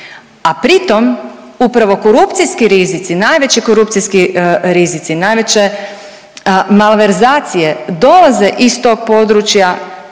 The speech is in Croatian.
a pri tom upravo korupcijski rizici, najveći korupcijski rizici, najveće malverzacije dolaze iz tog područja